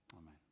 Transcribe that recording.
Amen